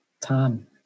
Time